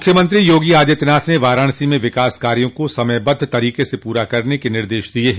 मुख्यमंत्री योगी आदित्यनाथ ने वाराणसी में विकास कार्यो को समयबद्ध तरीके से पूरा करने का निर्देश दिया है